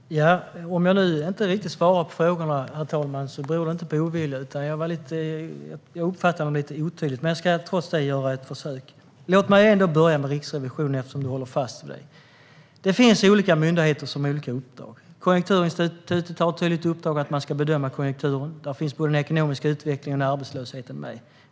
Herr talman! Om jag inte riktigt svarar på frågorna beror det inte på ovilja utan på att jag uppfattar dem som lite otydliga. Jag ska trots det göra ett försök. Låt mig börja med Riksrevisionen, Peter Helander, eftersom du håller fast vid det. Det finns olika myndigheter som har olika uppdrag. Konjunkturinstitutet har ett tydligt uppdrag att bedöma konjunkturen, och där finns både den ekonomiska utvecklingen och arbetslösheten med.